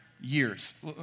years